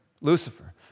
Lucifer